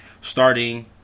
starting